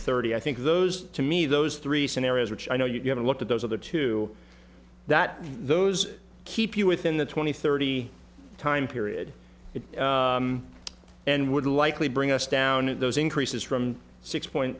thirty i think those to me those three scenarios which i know you haven't looked at those are the two that those keep you within the twenty thirty time period and would likely bring us down in those increases from six point